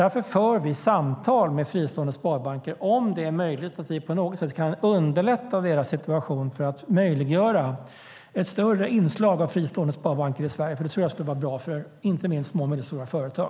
Därför för vi samtal med fristående sparbanker om vi på något sätt ska kunna underlätta deras situation för att möjliggöra ett större inslag av fristående sparbanker i Sverige. Det tror jag skulle vara bra för inte minst små och medelstora företag.